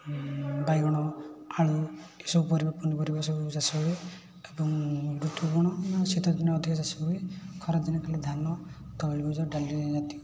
ବାଇଗଣ ଆଳୁ ଏସବୁ ପରିବା ପନିପରିବା ସବୁ ଚାଷ ହୁଏ ଏବଂ ଋତୁ କ'ଣ ନା ଶୀତଦିନେ ଅଧିକା ଚାଷ ହୁଏ ଖରାଦିନେ ଖାଲି ଧାନ ତୈଳବୀଜ ଡାଲି ଜାତୀୟ